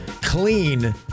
clean